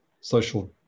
social